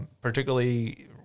particularly